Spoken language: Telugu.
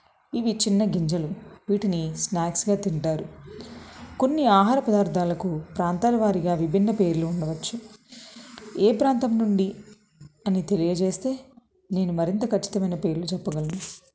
ఇవి చిన్న గింజలు వీటిని స్నాక్స్గా తింటారు కొన్ని ఆహార పదార్థాలకు ప్రాంతాల వారిగా విభిన్న పేర్లు ఉండవచ్చు ఏ ప్రాంతం నుండి అని తెలియజేస్తే నేను మరింత ఖచ్చితమైన పేర్లు చెప్పగలను